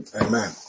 Amen